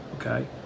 okay